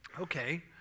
Okay